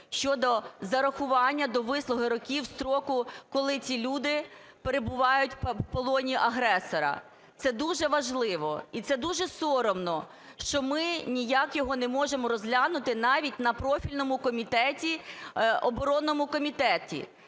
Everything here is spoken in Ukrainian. щодо зарахування до вислуги років строку, коли ці люди перебувають у полоні агресора. Це дуже важливо, і це дуже соромно, що ми ніяк його не можемо розглянути навіть на профільному комітеті, оборонному комітеті.